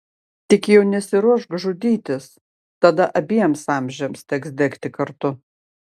tik jau nesiruošk žudytis tada abiems amžiams teks degti kartu